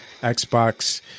Xbox